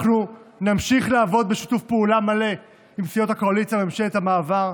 נמשיך לעבוד בשיתוף פעולה מלא עם סיעות הקואליציה וממשלת המעבר.